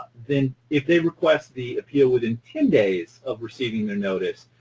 then if they request the appeal within ten days of receiving their notice,